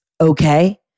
okay